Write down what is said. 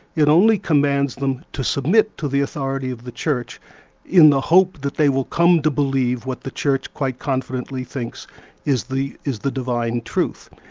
it only commands them to submit to the authority of the church in the hope that they will come to believe what the church quite confidently thinks is the is the divine truth.